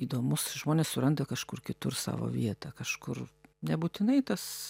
įdomus žmonės suranda kažkur kitur savo vietą kažkur nebūtinai tas